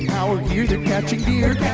how we're here, they're catching deer